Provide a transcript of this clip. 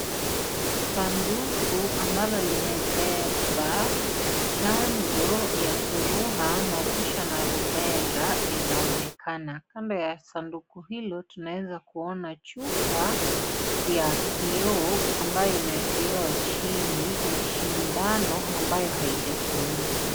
Sanduku ambalo limebeba chanjo ya surua, mabusha na rubella linaonekana. kando ya sanduku hilo tunaweza kuona chupa ya kioo ambayo imewekelewa chini na shindano ambayo haijatumika.